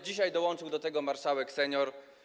Dzisiaj dołączył do tego marszałek senior.